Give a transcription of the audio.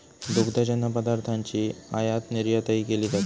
दुग्धजन्य पदार्थांची आयातनिर्यातही केली जाते